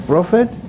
Prophet